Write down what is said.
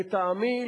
לטעמי,